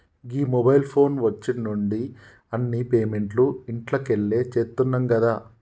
గీ mobile phone వచ్చిన్నుండి అన్ని పేమెంట్లు ఇంట్లకెళ్లే చేత్తున్నం గదా